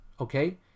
okay